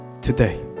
today